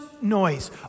noise